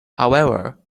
however